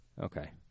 Okay